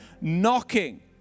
knocking